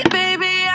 baby